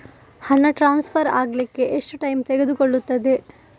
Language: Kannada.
ಹಣ ಟ್ರಾನ್ಸ್ಫರ್ ಅಗ್ಲಿಕ್ಕೆ ಎಷ್ಟು ಟೈಮ್ ತೆಗೆದುಕೊಳ್ಳುತ್ತದೆ?